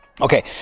okay